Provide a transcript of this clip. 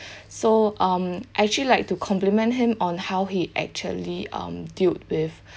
so um I actually like to compliment him on how he actually um dealt with